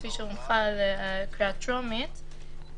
כפי שהונחה לקריאה הטרומית,